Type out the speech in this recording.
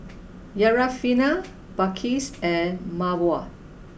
Syarafina Balqis and Mawar